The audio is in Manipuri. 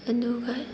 ꯑꯗꯨꯒ